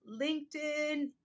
LinkedIn